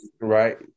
Right